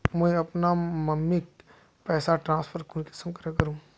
मुई अपना मम्मीक पैसा ट्रांसफर कुंसम करे करूम?